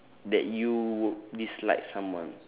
that you would dislike someone